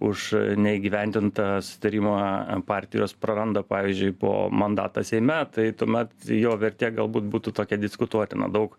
už neįgyvendintą susitarimą partijos praranda pavyzdžiui po mandatą seime tai tuomet jo vertė galbūt būtų tokia diskutuotina daug